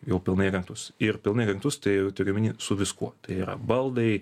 jau pilnai įrengtus ir pilnai įrengtus tai jau turiu omeny su viskuo tai yra baldai